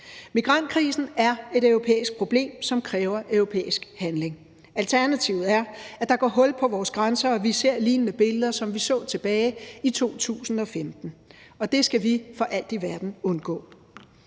Migrantkrisen er et europæisk problem, som kræver europæisk handling. Alternativet er, at der går hul på vores grænser og vi ser billeder som dem, vi så tilbage i 2015. Det skal vi for alt i verden undgå.